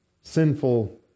sinful